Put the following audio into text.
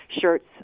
shirts